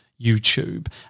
YouTube